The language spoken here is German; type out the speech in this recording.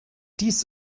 dies